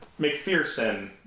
McPherson